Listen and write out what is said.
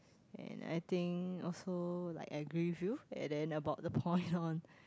and I think also like I agree with you and then on the point on